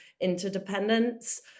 interdependence